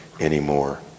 anymore